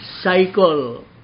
cycle